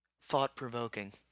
thought-provoking